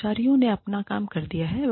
कर्मचारियों ने अपना काम कर दिया है